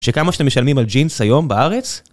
שכמה שאתם משלמים על ג'ינס היום בארץ?